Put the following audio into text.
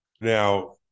Now